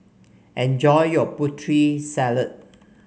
enjoy your Putri Salad